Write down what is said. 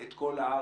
את כל הארץ?